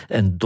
En